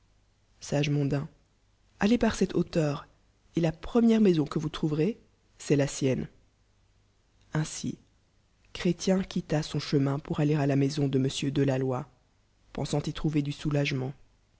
neondneie allez par cette lauteur et la première maison que vous trouverez c est la sienne iosi chrétien quitta son chemin pour aller la maison de monsicur de ia loi peosant y trouver du oujagemcnt